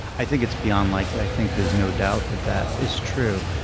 i think it's beyond likely. i think there's no doubt that that is true.